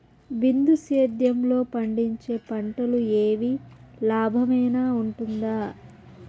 బిందు సేద్యము లో పండించే పంటలు ఏవి లాభమేనా వుంటుంది?